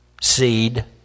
Seed